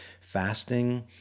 Fasting